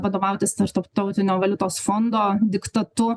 vadovautis tarptautinio valiutos fondo diktatu